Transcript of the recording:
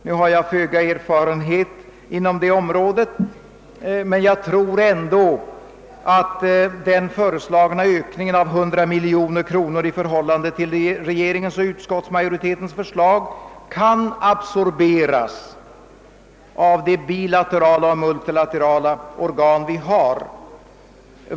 Nu har jag föga erfarenhet inom det området, men jag tror ändå att den föreslagna ökningen på 100 miljoner kronor i förhållande till regeringens och utskottsmajoritetens förslag kan absorberas av de bilaterala och multilaterala organ vi har.